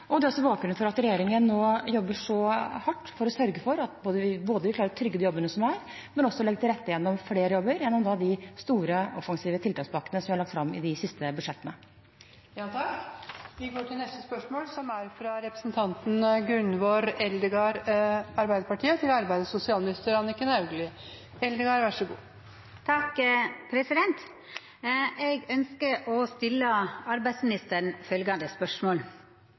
Det er også bakgrunnen for at regjeringen nå jobber så hardt for å sørge for at vi klarer å trygge de jobbene som er, men også legge til rette for flere jobber gjennom de store, offensive tiltakspakkene som vi har lagt fram i de siste budsjettene. Vi går til spørsmål 21. Eg ønskjer å stilla arbeidsministeren følgjande spørsmål: «Det er et hav av forskjell på å ha fast heltidsjobb og å være ringevikar, ha brøkstilling, deltid eller midlertidig jobb. Det handler om trygghet, mulighet til å